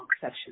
session